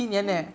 no